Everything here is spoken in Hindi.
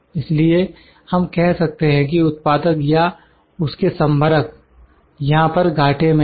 इसलिए हम कह सकते हैं कि उत्पादक या उसके संभरक यहां पर घाटे में हैं